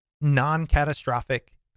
non-catastrophic